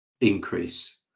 increase